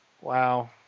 wow